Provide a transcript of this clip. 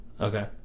Okay